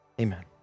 Amen